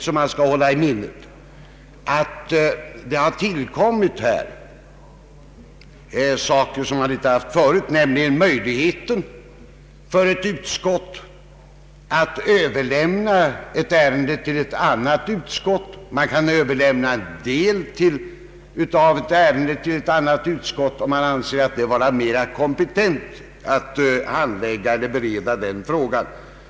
Man skall även hålla i minnet att här tillkommer någonting nytt, nämligen möjligheten för ett utskott att överlämna ett ärende eller del av ett ärende till annat utskott, om man anser detta andra utskott vara mera kompetent att handlägga just det ärendet.